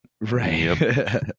Right